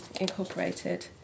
incorporated